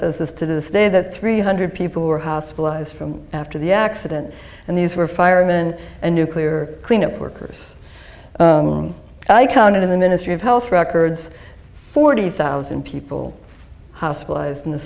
says the day that three hundred people were hospitalized from after the accident and these were firemen and nuclear cleanup workers i counted in the ministry of health records forty thousand people hospitalized in the